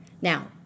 Now